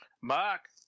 mark